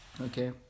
Okay